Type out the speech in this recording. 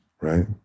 Right